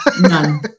none